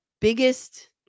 biggest